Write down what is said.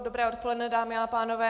Dobré odpoledne, dámy a pánové.